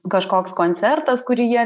kažkoks koncertas kurį jie